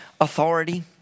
authority